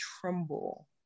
tremble